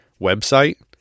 website